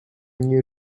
new